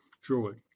Surely